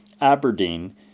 Aberdeen